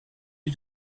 you